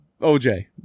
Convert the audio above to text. oj